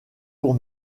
pour